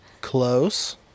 Close